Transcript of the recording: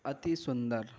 اَتی سندر